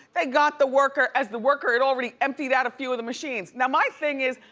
they got the worker as the worker had already emptied out a few of the machines. now my thing is,